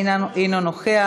אינו נוכח,